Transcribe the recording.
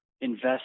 invest